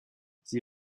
sie